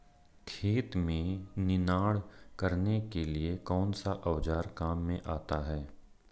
खेत में निनाण करने के लिए कौनसा औज़ार काम में आता है?